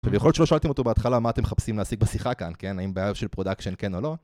אבל יכול להיות שלא שאלתם אותו בהתחלה מה אתם מחפשים להשיג בשיחה כאן, כן? האם בעיה של פרודקשן כן או לא?